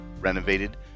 renovated